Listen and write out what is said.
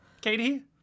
Katie